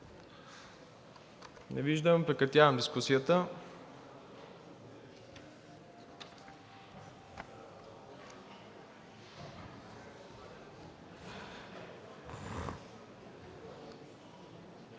Не виждам. Прекратявам дискусията.